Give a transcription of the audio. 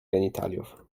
genitaliów